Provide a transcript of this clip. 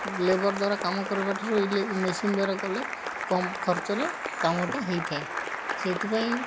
labour ଦ୍ୱାରା କାମ କରିବା ଠାରୁ ମେସିନ୍ ଦ୍ୱାରା କଲେ କମ୍ ଖର୍ଚ୍ଚରେ କାମଟା ହେଇଥାଏ ସେଥିପାଇଁ